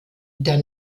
der